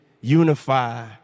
unify